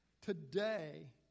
Today